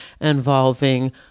involving